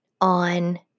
on